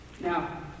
Now